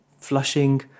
flushing